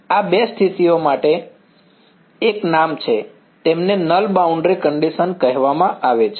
આ બે સ્થિતિઓ તેમના માટે એક નામ છે તેમને નલ બાઉન્ડ્રી કંડીશન કહેવામાં આવે છે